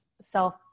self